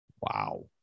Wow